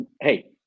Hey